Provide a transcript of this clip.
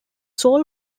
sole